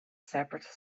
separate